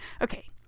Okay